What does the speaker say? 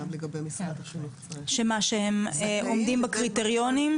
שהם עומדים בקריטריונים?